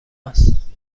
است